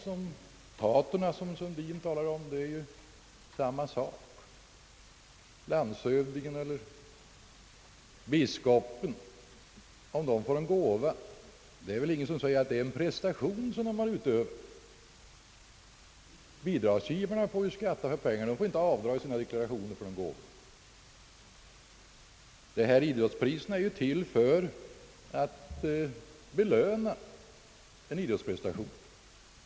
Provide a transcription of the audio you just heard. Det är samma sak med de där potentaterna — landshövdingen eller biskopen — som herr Sundin talade om. Om de får en gåva finns det väl ingen som gör gällande, att de har utövat en prestation. Bidragsgivaren får ju skatta för pengarna, och han får inte göra något avdrag i sin deklaration för gåvan. Idrottspriserna är ju till för att belöna en idrottsprestation.